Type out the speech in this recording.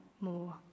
more